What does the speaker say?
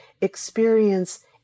experience